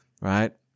right